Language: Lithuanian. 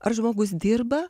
ar žmogus dirba